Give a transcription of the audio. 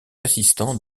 assistant